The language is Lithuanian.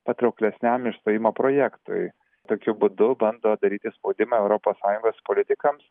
patrauklesniam išstojimo projektui tokiu būdu bando daryti spaudimą europos sąjungos politikams